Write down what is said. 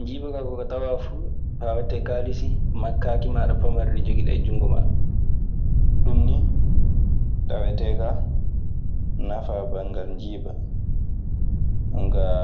Njiiba kaa ko ka tawaa fuu maa a wattii hen kaalisi, ma kaaki ma pamari ɗi joggi ɗaa e junngo maa. Ɗun nii tawetee kaa nafaa banngal njiiba. jonkaa